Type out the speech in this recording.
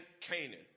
Canaan